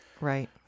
right